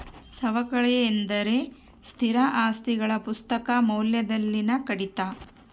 ಸವಕಳಿ ಎಂದರೆ ಸ್ಥಿರ ಆಸ್ತಿಗಳ ಪುಸ್ತಕ ಮೌಲ್ಯದಲ್ಲಿನ ಕಡಿತ